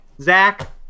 Zach